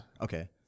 Okay